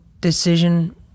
decision